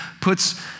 puts